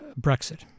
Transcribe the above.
Brexit